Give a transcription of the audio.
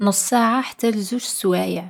نص ساعة حتى لزوج سوايع.